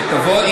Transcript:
כשתבואי,